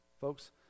Folks